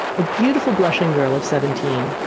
a beautiful blushing girl of seventeen.